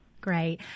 Great